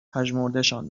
پژمردهشان